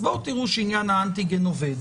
אז תראו שעניין האנטיגן עובד,